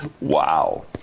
wow